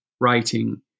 writing